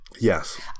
yes